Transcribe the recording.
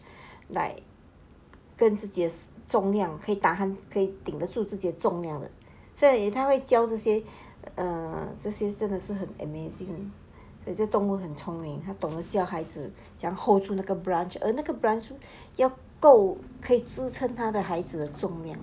like 跟自己的重量可以 tahan 可以顶得住自己的重量的所以它会教这些 err 这些真的是很 amazing 有些动物很聪明他懂得教孩子怎样:dong wu hen cong ming ta dong de jiao hai zi zen yang hold 住那个 branch ah 那个 branch 要够可以支撑他的孩子重量